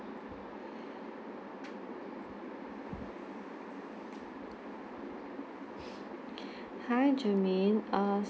hi germane err